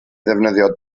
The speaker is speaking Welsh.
ddefnyddio